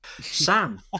Sam